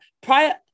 prior